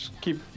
Keep